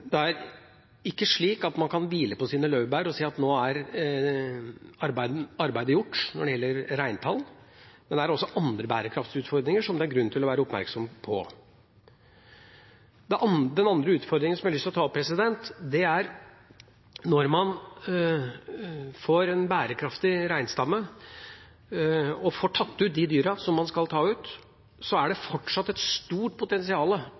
Man kan ikke hvile på sine laurbær og si at nå er arbeidet gjort, når det gjelder reintall. Det er også andre bærekraftsutfordringer som det er grunn til å være oppmerksom på. Den andre utfordringen jeg har lyst til å ta opp, er at når man får en bærekraftig reinstamme og får tatt ut de dyrene man skal ta ut, er det fortsatt et stort potensial